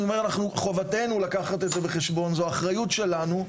חובתנו לקחת את זה בחשבון, זו האחריות שלנו.